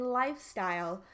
lifestyle